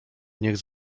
niech